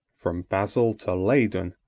from basil to leyden,